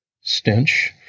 Stench